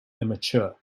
immature